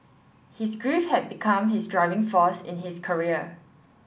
his grief had become his driving force in his career